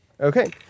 Okay